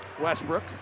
Westbrook